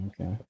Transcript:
Okay